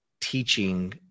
teaching